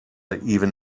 even